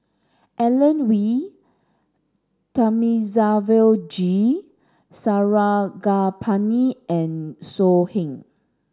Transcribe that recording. Alan Oei Thamizhavel G Sarangapani and So Heng